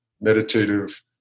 meditative